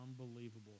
Unbelievable